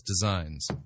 designs